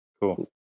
cool